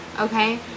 okay